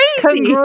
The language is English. crazy